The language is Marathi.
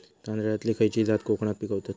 तांदलतली खयची जात कोकणात पिकवतत?